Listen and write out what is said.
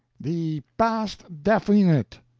the past definite.